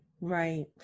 Right